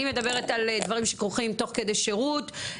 אני מדברת על דברים שקורים תוך כדי שירות,